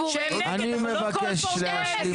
יש אנשים מסוימים שהם נגד, אבל לא כל פורום קהלת.